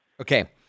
Okay